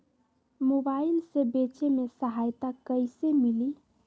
Mobile से बेचे में सहायता कईसे मिली?